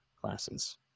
classes